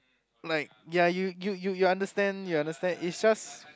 like ya you you you you understand you understand is just